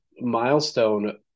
milestone